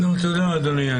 תודה אדוני.